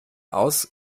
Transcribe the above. aus